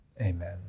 amen